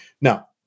Now